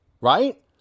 right